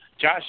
Josh